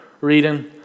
reading